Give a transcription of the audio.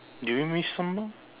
do we miss some though